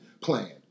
Plan